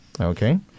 Okay